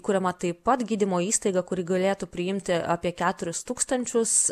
kuriama taip pat gydymo įstaiga kuri galėtų priimti apie keturis tūkstančius